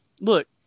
Look